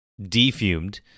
defumed